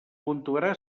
puntuarà